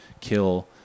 kill